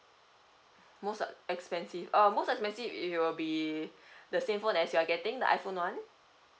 most what expensive uh most expensive it will be the same phone as you are getting the iPhone one